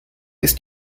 ist